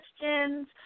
questions